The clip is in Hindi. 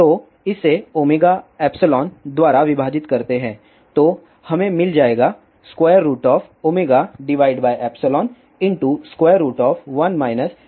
तो इसे ωε द्वारा विभाजित करते है तो हमें मिल जाएगा 1 fcf2